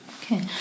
Okay